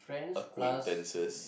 acquaintances